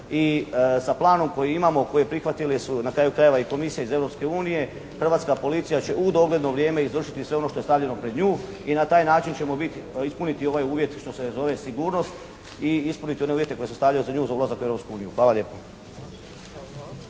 i sa planom koji imamo, koji prihvatili su na kraju krajeva i Komisija iz Europske unije, Hrvatska policija će u dogledno vrijeme izvršiti sve ono što je stavljeno pred nju i na taj način ćemo mi ispuniti ovaj uvjet što se zove sigurnost i ispuniti one uvjete koje se stavljaju pred nju za ulazak u Europsku uniju.